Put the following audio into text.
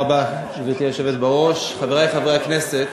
גברתי היושבת בראש, תודה רבה, חברי חברי הכנסת,